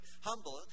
humble